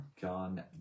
John